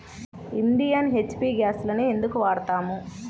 Indian, HP గ్యాస్లనే ఎందుకు వాడతాము?